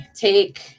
Take